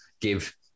give